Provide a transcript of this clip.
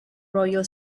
royal